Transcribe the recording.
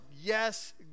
yes